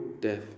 death